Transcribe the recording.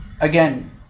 again